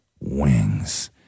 Wings